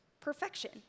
perfection